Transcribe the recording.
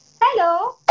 Hello